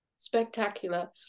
spectacular